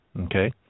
Okay